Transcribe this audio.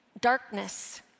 darkness